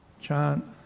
chant